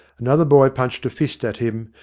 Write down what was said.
another boy punched a fist at him,